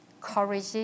courage